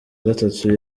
gatatu